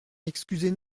excusez